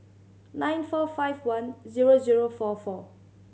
nine four five one zero zero four four